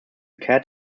cat